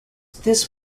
this